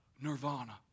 nirvana